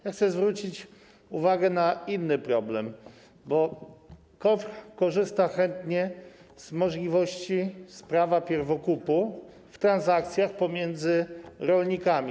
Ja chcę zwrócić uwagę na inny problem, bo KOWR korzysta chętnie z możliwości prawa pierwokupu w transakcjach pomiędzy rolnikami.